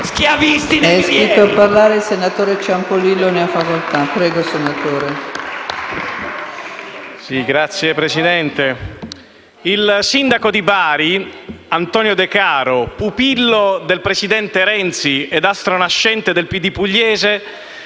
il sindaco di Bari, Antonio Decaro, pupillo del presidente Renzi e astro nascente del PD pugliese,